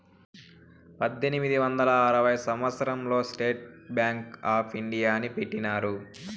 పద్దెనిమిది వందల ఆరవ సంవచ్చరం లో స్టేట్ బ్యాంక్ ఆప్ ఇండియాని పెట్టినారు